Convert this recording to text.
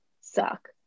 suck